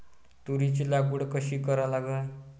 तुरीची लागवड कशी करा लागन?